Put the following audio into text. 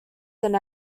than